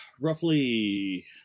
Roughly